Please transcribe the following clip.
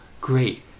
great